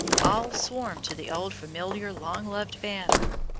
all swarm to the old familiar long-loved banner,